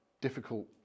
difficult